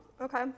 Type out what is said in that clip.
okay